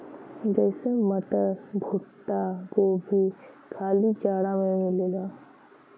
जइसे मटर, भुट्टा, गोभी खाली जाड़ा मे मिलला